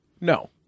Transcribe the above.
No